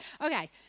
Okay